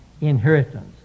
inheritance